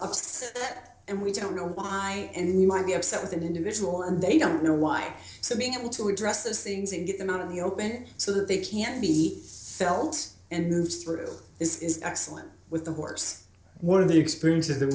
upset and we don't know why and we might be upset with an individual and they don't know why so being able to address those things and get them out in the open so that they can be felt and moved it's excellent with the horse one of the experiences that